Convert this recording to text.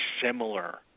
similar